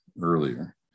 earlier